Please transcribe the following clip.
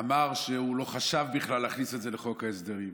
אמר שהוא לא חשב בכלל להכניס את זה לחוק ההסדרים.